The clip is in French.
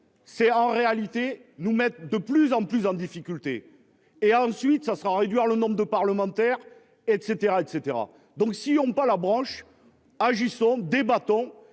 C'est en réalité nous mettent de plus en plus en difficulté et ensuite ça sera réduire le nombre de parlementaires et cetera et cetera donc si on pas la broche agissons débattons